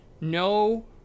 No